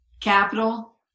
capital